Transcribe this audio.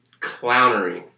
Clownery